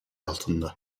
altında